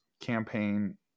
campaign